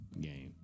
game